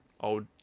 old